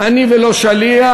אני ולא שליח,